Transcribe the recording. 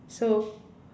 so